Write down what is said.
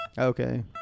Okay